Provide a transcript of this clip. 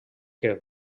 que